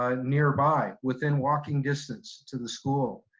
um nearby within walking distance to the school?